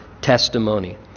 testimony